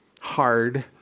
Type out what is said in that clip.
hard